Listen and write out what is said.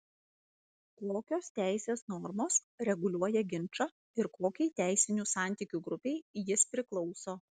kokios teisės normos reguliuoja ginčą ir kokiai teisinių santykių grupei jis priklauso